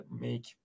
make